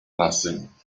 nothing